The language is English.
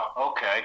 okay